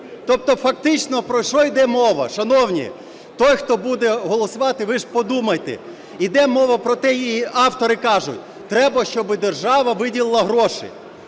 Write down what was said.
Тобто фактично про що іде мова, шановні, той, хто буде голосувати, ви ж подумайте, іде мова про те і автори кажуть: треба, щоб держава виділила гроші.